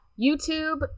YouTube